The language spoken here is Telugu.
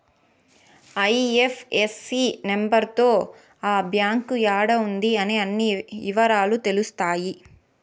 ఐ.ఎఫ్.ఎస్.సి నెంబర్ తో ఆ బ్యాంక్ యాడా ఉంది అనే అన్ని ఇవరాలు తెలుత్తాయి